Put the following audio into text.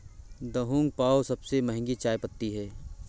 Da Hong Pao सबसे महंगी चाय पत्ती है